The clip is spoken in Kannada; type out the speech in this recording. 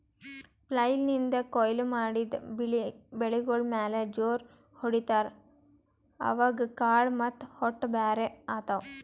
ಫ್ಲೆಯ್ಲ್ ನಿಂದ್ ಕೊಯ್ಲಿ ಮಾಡಿದ್ ಬೆಳಿಗೋಳ್ ಮ್ಯಾಲ್ ಜೋರ್ ಹೊಡಿತಾರ್, ಅವಾಗ್ ಕಾಳ್ ಮತ್ತ್ ಹೊಟ್ಟ ಬ್ಯಾರ್ ಆತವ್